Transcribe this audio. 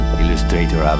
illustrator